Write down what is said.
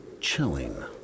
chilling